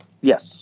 Yes